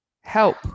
help